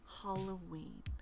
Halloween